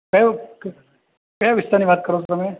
કયો ક્યા વિસ્તારની વાત કરો છો તમે